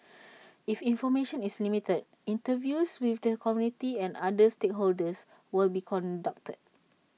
if information is limited interviews with the community and other stakeholders will be conducted